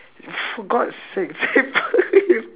for god's sake